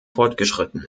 fortgeschritten